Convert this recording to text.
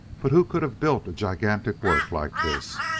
but who could have built a gigantic work like this?